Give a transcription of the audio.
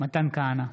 מתן כהנא,